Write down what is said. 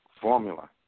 formula